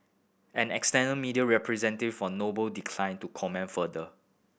an external media representative for Noble declined to comment further